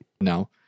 No